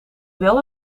wel